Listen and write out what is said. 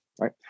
right